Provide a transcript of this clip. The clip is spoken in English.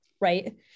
Right